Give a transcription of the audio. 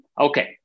Okay